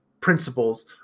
Principles